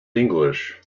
english